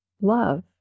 love